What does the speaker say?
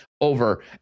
over